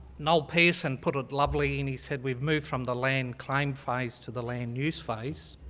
noel pearson put it lovely, and he said we've moved from the land claim phase to the land use phase.